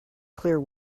clear